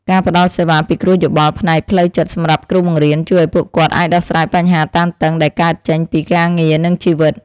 ការផ្តល់សេវាពិគ្រោះយោបល់ផ្នែកផ្លូវចិត្តសម្រាប់គ្រូបង្រៀនជួយឱ្យពួកគាត់អាចដោះស្រាយបញ្ហាតានតឹងដែលកើតចេញពី ការងារនិងជីវិត។